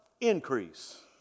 increase